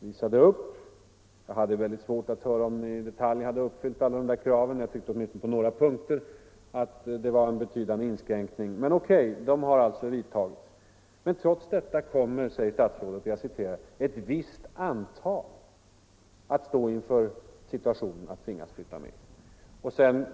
visade upp; jag hade svårt att höra, om alla dessa krav i detalj hade 153 uppfyllts. Jag tyckte att det åtminstone på några punkter var en betydande inskränkning. Men OK: de har alltså vidtagits. Trots detta kommer, säger statsrådet, ”ett visst antal” att stå inför situationen att tvingas flytta med verken.